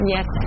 Yes